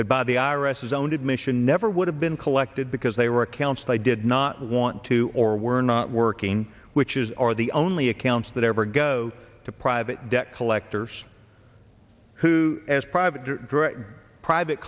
that by the i r s is own admission never would have been collected because they were accounts they did not want to or were not working which is are the only accounts that ever go to private debt collectors who as private private